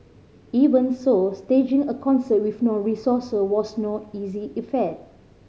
even so staging a concert with no resources was no easy feat